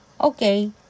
okay